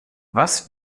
was